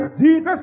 Jesus